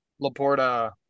Laporta